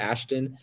Ashton